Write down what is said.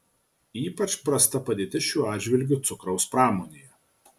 ypač prasta padėtis šiuo atžvilgiu cukraus pramonėje